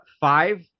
five